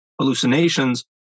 hallucinations